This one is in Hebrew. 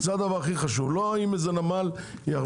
זה הדבר הכי חשוב ולא אם איזה נמל ירוויח